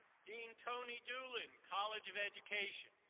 dean toni doolen, college of education